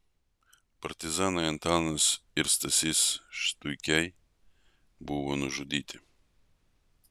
partizanai antanas ir stasys štuikiai buvo nužudyti